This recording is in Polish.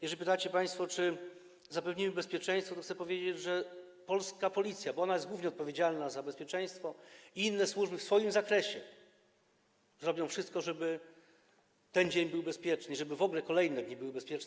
Jeżeli pytacie państwo, czy zapewnimy bezpieczeństwo, to chcę powiedzieć, że polska Policja, bo ona jest głównie odpowiedzialna za bezpieczeństwo, i inne służby w swoim zakresie zrobią wszystko, żeby ten dzień był bezpieczny i żeby kolejne dni były bezpieczne.